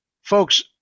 folks